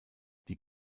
die